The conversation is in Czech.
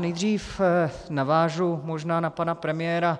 Nejdřív navážu možná na pana premiéra